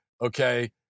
Okay